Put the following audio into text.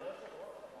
אדוני היושב-ראש,